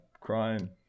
crying